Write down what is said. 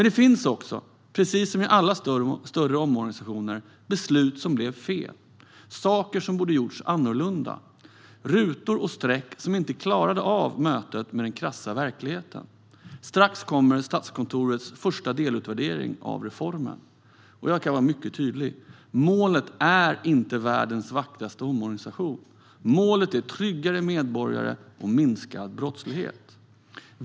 Det finns också, precis som vid alla större omorganisationer, beslut som blev fel, saker som borde ha gjorts annorlunda och rutor och streck som inte klarade av mötet med den krassa verkligheten. Strax kommer Statskontorets första delutvärdering av reformen. Jag kan vara mycket tydlig: Målet är inte världens vackraste omorganisation. Målet är tryggare medborgare och minskad brottslighet.